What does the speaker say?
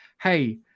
hey